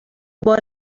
بار